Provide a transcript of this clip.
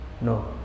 No